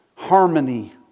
harmony